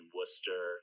Worcester